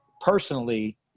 personally